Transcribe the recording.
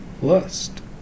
lust